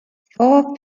four